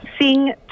Sing